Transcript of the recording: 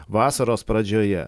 vasaros pradžioje